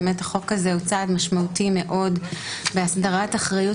החוק הזה הוא צעד משמעותי מאוד בהסדרת אחריות